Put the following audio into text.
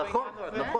נכון.